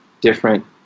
different